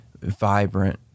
vibrant